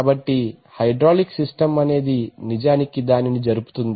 కాబట్టి hydraulic system అనేది నిజానికి దానిని జరుపుతుంది